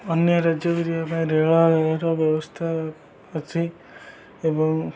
ଅନ୍ୟ ରାଜ୍ୟ କରିବା ପାଇଁ ରେଳର ବ୍ୟବସ୍ଥା ଅଛି ଏବଂ